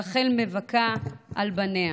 רחל מבכה על בניה".